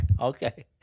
okay